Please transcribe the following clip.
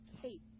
Kate